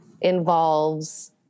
involves